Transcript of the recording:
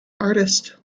artist